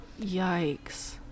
Yikes